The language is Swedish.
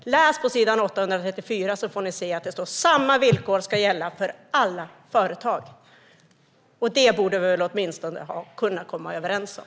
Läs på s. 834, så får ni se att där står att samma villkor ska gälla för alla företag. Det borde vi åtminstone kunna komma överens om.